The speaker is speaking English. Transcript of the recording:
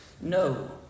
No